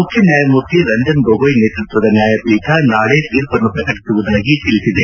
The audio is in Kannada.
ಮುಖ್ಯ ನ್ಯಾಯಮೂರ್ತಿ ರಂಜನ್ ಗೋಗೊಯ್ ನೇತೃತ್ವದ ನ್ಯಾಯಪೀಠ ನಾಳೆ ತೀರ್ಮನ್ನು ಪ್ರಕಟಿಸುವುದಾಗಿ ತಿಳಿಸಿದೆ